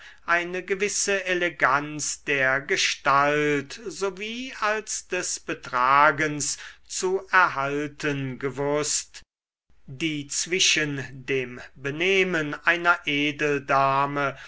eine gewisse eleganz der gestalt sowohl als des betragens zu erhalten gewußt die zwischen dem benehmen einer